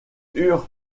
eurent